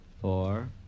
four